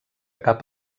cap